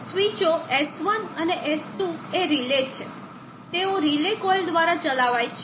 સ્વીચો S1 અને S2 એ રિલે છે તેઓ રિલે કોઇલ દ્વારા ચલાવાય છે